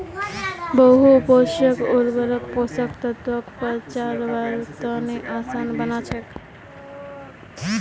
बहु पोषक उर्वरक पोषक तत्वक पचव्वार तने आसान बना छेक